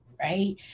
right